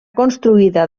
construïda